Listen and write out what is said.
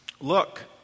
Look